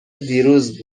دیروز